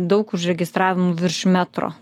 daug užregistravimų virš metro